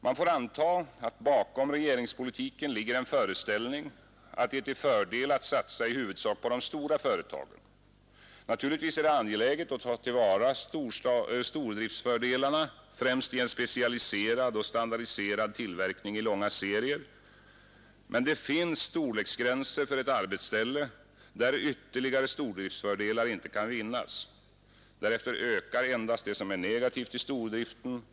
Man får anta att bakom regeringspolitiken ligger en föreställning att det är till fördel att satsa i huvudsak på de stora företagen. Naturligtvis är det angeläget att ta till vara stordriftsfördelar, främst i en specialiserad och standardiserad tillverkning i långa serier. Men det finns storleksgränser för ett arbetsställe, där ytterligare stordriftsfördelar inte kan vinnas. Därefter ökar endast det som är negativt i stordriften.